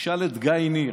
תשאל את גיא ניר.